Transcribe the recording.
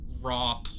raw